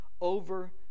over